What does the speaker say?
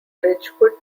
ridgewood